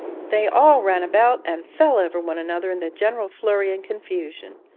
they all ran about and fell over one another in the general flurry and confusion,